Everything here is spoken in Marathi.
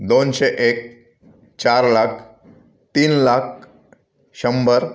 दोनशे एक चार लाख तीन लाख शंभर